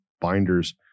binders